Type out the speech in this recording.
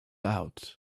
out